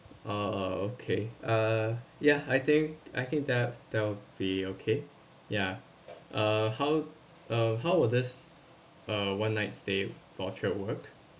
uh okay uh ya I think I think that that will be okay yeah uh how uh how will this uh one night stay voucher at work